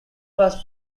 first